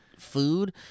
food